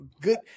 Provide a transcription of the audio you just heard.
good